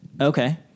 Okay